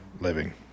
living